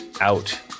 Out